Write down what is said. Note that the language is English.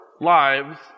lives